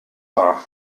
war